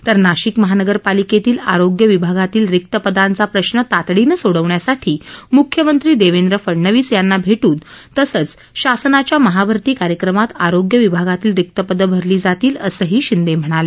तर नाशिक महापालिकेतील आरोग्य विभागातील रिक्त पदांचा प्रश्र तातडीने सोडविण्यासाठी मुख्यमंत्री देवेंद्र फडणवीस यांना भेट्रन तसंच शासनाच्या महाभरती कार्यक्रमात आरोग्य विभागातील रिक्त पदं भरली जातील असंही शिंदे यांनी सांगितलं